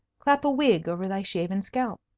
clap a wig over thy shaven scalp.